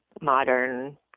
modern